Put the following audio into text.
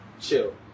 chill